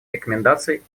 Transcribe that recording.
рекомендаций